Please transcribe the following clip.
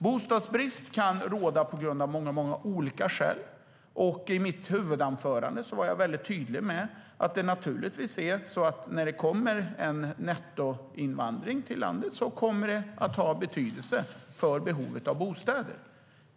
Bostadsbrist kan råda på grund av många olika skäl, och i mitt huvudanförande var jag mycket tydlig med att det naturligtvis kommer att ha betydelse för behovet av bostäder när vi har en nettoinvandring till landet.